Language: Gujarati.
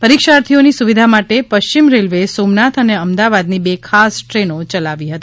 પરીક્ષાર્થીઓની સુવિધા માટે પશ્ચિમ રેલવેએ સોમનાથ અને અમદાવાદથી બે ખાસ ટ્રેનો ચલાવી હતી